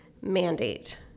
mandate